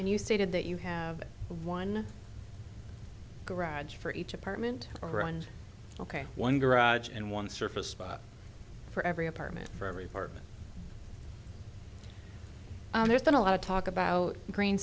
you stated that you have one garage for each apartment around ok one garage and one surface spot for every apartment for every part but there's been a lot of talk about green